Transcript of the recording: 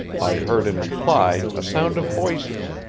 i heard in reply a sound of voices,